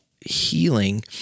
healing